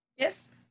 Yes